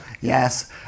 Yes